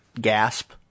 gasp